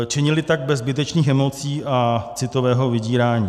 Čili tak bez zbytečných emocí a citového vydírání.